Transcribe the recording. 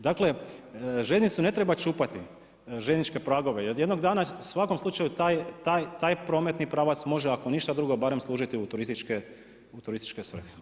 Dakle, željeznicu ne treba čupati, željezničke pragove jedino jer jednog dana u svakom slučaju taj prometni pravac može ako ništa drugo barem služiti u turističke svrhe.